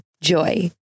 Joy